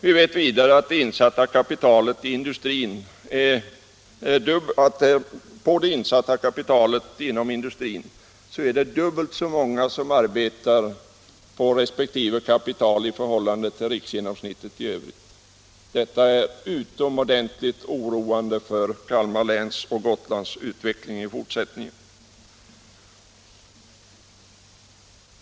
Vi vet vidare att på det insatta kapitalet i industrin är det dubbelt så många som arbetar på resp. kapital i förhållande till riksgenomsnittet. Detta är utomordentligt oroande — Nr 47 för Kalmar läns och Gotlands utveckling i fortsättningen.